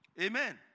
Amen